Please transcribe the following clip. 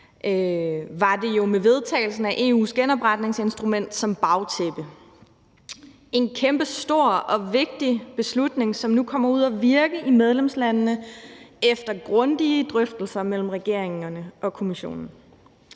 var det jo med vedtagelsen af EU's genopretningsinstrument som bagtæppe, en kæmpestor og vigtig beslutning, som nu kommer ud at virke i medlemslandene efter grundige drøftelser mellem regeringerne og Kommissionen.